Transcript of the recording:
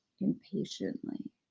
impatiently